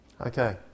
Okay